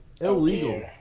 illegal